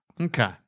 Okay